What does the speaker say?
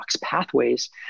pathways